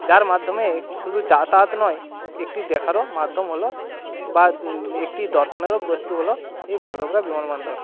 যার মাধ্যমে শুধু যাতায়াত নয় একটি দেখারও মাধ্যম হলো বা একটি দর্শনেরও বস্তু হলো এই বাগডোগরা বিমানবন্দর